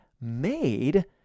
made